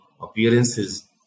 appearances